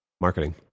marketing